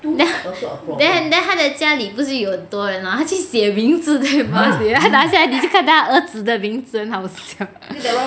then then then 他的家里不是有多人 hor 他去写名字在那个 mask 里面他拿下来你就看到他儿子的名字很好笑